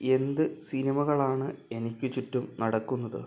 എന്ത് സിനിമകളാണ് എനിക്ക് ചുറ്റും നടക്കുന്നത്